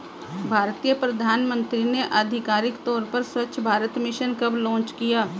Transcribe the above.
भारतीय प्रधानमंत्री ने आधिकारिक तौर पर स्वच्छ भारत मिशन कब लॉन्च किया?